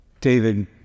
David